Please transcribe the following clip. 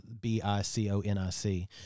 B-I-C-O-N-I-C